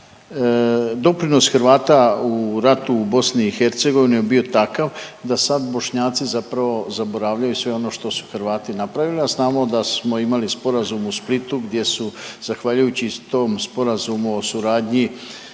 doprinos Hrvata u ratu u BiH je bio takav da sad Bošnjaci zapravo zaboravljaju sve ono što su Hrvati napravili, a znamo da smo imali sporazum u Splitu gdje su zahvaljujući tom sporazumu o suradnji